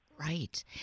Right